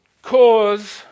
cause